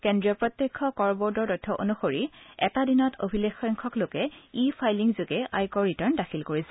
কেন্দ্ৰীয় প্ৰত্যক্ষ কৰ বৰ্ডৰ তথ্য অনুসৰি এটা দিনত অভিলেখসংখ্যক লোকে ই ফাইলিং যোগে আয়কৰ ৰিটাৰ্ণ দাখিল কৰিছে